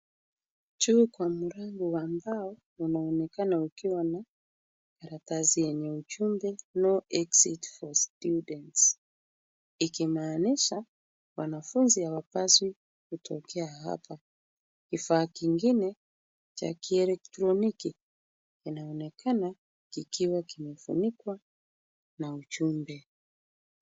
Juu kwa mlango wa mbao unaonekana ukiwa na karatasi yenye ujumbe No exit for Students ikimaanisha wanafunzi hawapaswi kutokea hapa. Kifaa kingine cha kielektroniki inaonekana kikiwa kimefunikwa na ujumbe.